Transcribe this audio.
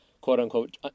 quote-unquote